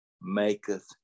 maketh